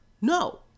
No